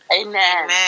Amen